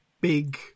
big